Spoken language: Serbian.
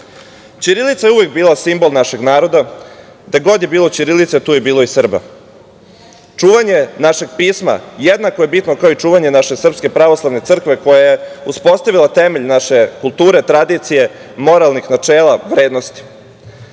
je uvek bila simbol našeg naroda. Gde god je bilo ćirilice tu je bilo i Srba. Čuvanje našeg pisma jednako je bitno kao i čuvanje naše Srpske pravoslavne crkve koja je uspostavila temelj naše kulture, tradicije, moralnih načela, vrednosti. Danas